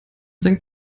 senkt